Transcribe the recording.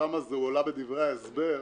שם זה הועלה בדברי ההסבר,